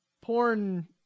porn